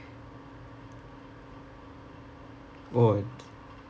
oh I